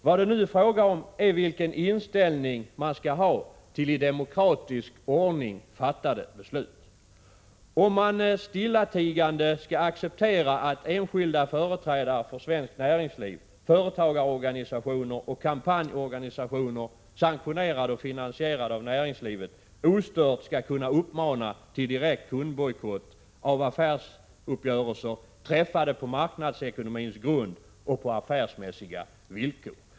Vad det nu är fråga om är vilken inställning man skall ha till i demokratisk ordning fattade beslut och om man stillatigande skall acceptera att enskilda företrädare för svenskt näringsliv, företagarorganisationer och kampanjorganisationer, sanktionerade och finansierade av näringslivet, ostört skall kunna uppmana till direkt kundbojkott av affärsuppgörelser träffade på marknadsekonomins grund och på affärsmässiga villkor.